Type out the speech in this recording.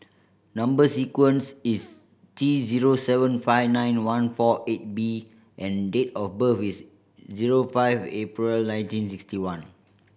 number sequence is T zero seven five nine one four eight B and date of birth is zero five April nineteen sixty one